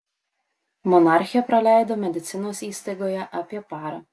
monarchė praleido medicinos įstaigoje apie parą